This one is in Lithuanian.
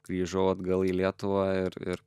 grįžau atgal į lietuvą ir ir